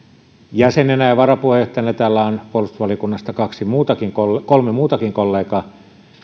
jäsenenä ja varapuheenjohtajana ja täällä on puolustusvaliokunnasta kolme muutakin kollegaa